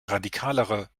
radikalere